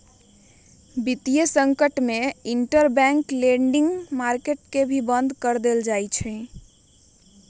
वितीय संकट में इंटरबैंक लेंडिंग मार्केट के बंद भी कर देयल जा हई